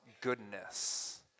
goodness